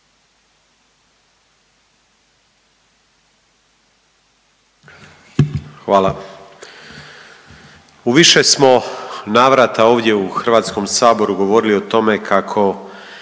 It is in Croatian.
Hvala. U više smo navrata ovdje u Hrvatskom saboru govorili o tome kako